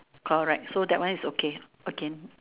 correct so that one is okay okay